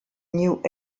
new